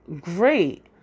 great